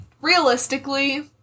realistically